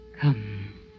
Come